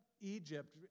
Egypt